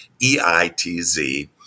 E-I-T-Z